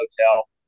hotel